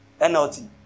NLT